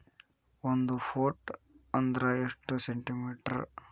ಒಂದು ಫೂಟ್ ಅಂದ್ರ ಎಷ್ಟು ಸೆಂಟಿ ಮೇಟರ್?